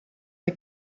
the